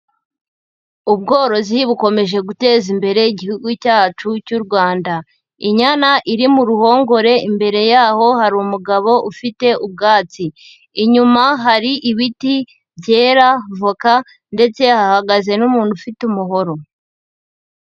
Ubworozi bukomeje guteza imbere Igihugu cyacu cy'u Rwanda. Inyana iri mu ruhongore imbere yaho hari umugabo ufite ubwatsi. Inyuma hari ibiti byera voka ndetse hahagaze n'umuntu ufite umuhoro.